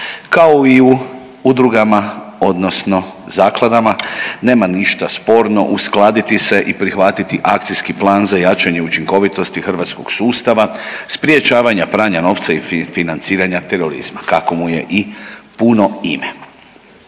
kao i u udruga odnosno zakladama nema ništa sporno uskladiti se i prihvatiti Akcijski plan za jačanje učinkovitosti hrvatskog sustava sprječavanja pranja novca i financiranja terorizma kako mu je i puno ime.